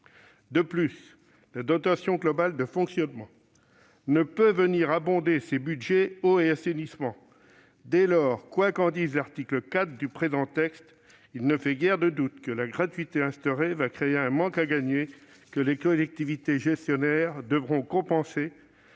De plus, la dotation globale de fonctionnement ne peut abonder ces budgets « eau » et « assainissement ». Dès lors, quoi qu'en dise l'article 4 du présent texte, il ne fait guère de doute que la gratuité instaurée créera un manque à gagner que les collectivités gestionnaires devront compenser